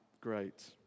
Great